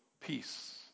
peace